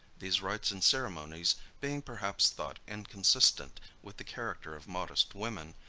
these rites and ceremonies, being perhaps thought inconsistent with the character of modest women,